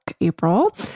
April